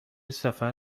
سفر